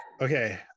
Okay